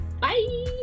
Bye